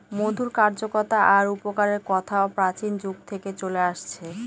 মধুর কার্যকতা আর উপকারের কথা প্রাচীন যুগ থেকে চলে আসছে